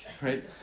right